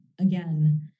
again